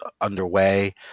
underway